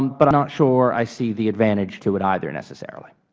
but i'm not sure i see the advantage to it either, necessarily.